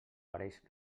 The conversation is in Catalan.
pareix